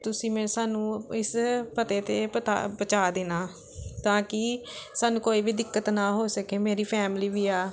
ਤੁਸੀਂ ਮੈਂ ਸਾਨੂੰ ਇਸ ਪਤੇ 'ਤੇ ਪਤਾ ਪਹੁੰਚਾ ਦੇਣਾ ਤਾਂ ਕਿ ਸਾਨੂੰ ਕੋਈ ਵੀ ਦਿੱਕਤ ਨਾ ਹੋ ਸਕੇ ਮੇਰੀ ਫੈਮਿਲੀ ਵੀ ਆ